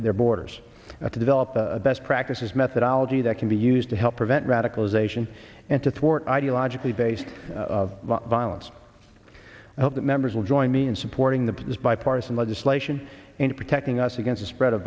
their borders and to develop the best practices methodology that can be used to help prevent radicalization and to thwart ideologically based violence and that members will join me in supporting the bipartisan legislation in protecting us against the spread of